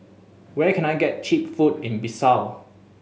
where can I get cheap food in Bissau